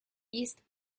east